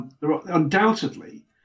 Undoubtedly